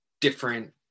different